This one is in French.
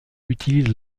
utilise